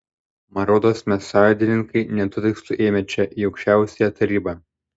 man rodos mes sąjūdininkai ne tuo tikslu ėjome čia į aukščiausiąją tarybą